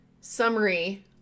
summary